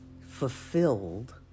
fulfilled